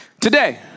Today